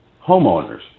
homeowners